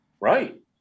right